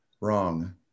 wrong